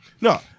No